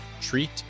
treat